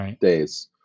days